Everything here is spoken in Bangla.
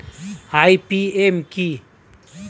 আই.পি.এম কি?